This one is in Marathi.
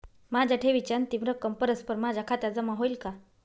माझ्या ठेवीची अंतिम रक्कम परस्पर माझ्या खात्यात जमा होईल का?